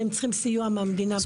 אבל הם צריכים סיוע מהמדינה.